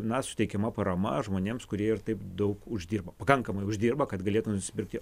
na suteikiama parama žmonėms kurie ir taip daug uždirba pakankamai uždirba kad galėtų nusipirkti